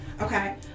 Okay